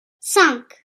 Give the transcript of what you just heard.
cinq